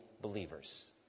believers